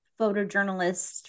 photojournalist